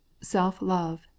self-love